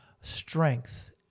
strength